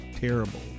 terrible